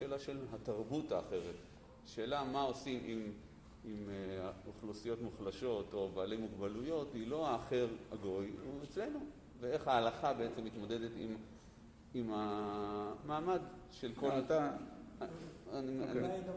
שאלה של התרבות האחרת, שאלה מה עושים עם אוכלוסיות מוחלשות או בעלי מוגבלויות, היא לא האחר הגוי, היא אצלנו, ואיך ההלכה בעצם מתמודדת עם המעמד של כל התנאי